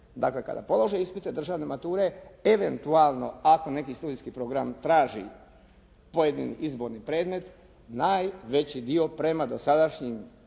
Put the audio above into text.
dakle kada polože ispite državne mature eventualno ako neki studentski program traži pojedini izborni predmet, najveći dio prema dosadašnjim